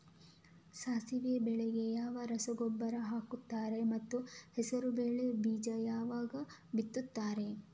ಸಾಸಿವೆ ಬೆಳೆಗೆ ಯಾವ ರಸಗೊಬ್ಬರ ಹಾಕ್ತಾರೆ ಮತ್ತು ಹೆಸರುಬೇಳೆ ಬೀಜ ಯಾವಾಗ ಬಿತ್ತುತ್ತಾರೆ?